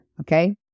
Okay